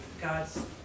God's